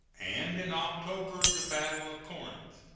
and in october the battle of corinth.